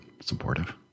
supportive